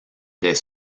des